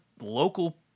local